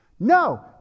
No